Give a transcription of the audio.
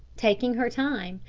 taking her time,